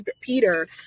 Peter